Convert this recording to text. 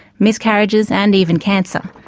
miscarriages and even cancer.